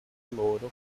louro